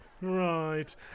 Right